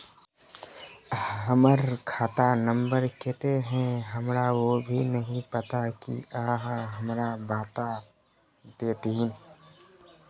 हमर खाता नम्बर केते है हमरा वो भी नहीं पता की आहाँ हमरा बता देतहिन?